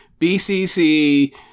BCC